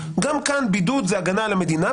גם כאן בידוד זה הגנה על המדינה.